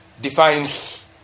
defines